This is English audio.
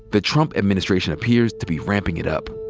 the trump administration appears to be ramping it up.